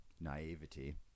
naivety